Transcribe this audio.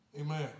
Amen